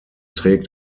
trägt